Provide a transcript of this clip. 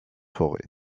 forêt